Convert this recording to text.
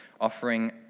offering